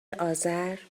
آذر